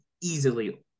easily